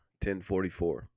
10.44